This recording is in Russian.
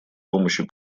помощью